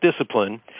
Discipline